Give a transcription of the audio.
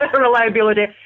reliability